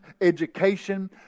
education